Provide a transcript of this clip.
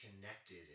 connected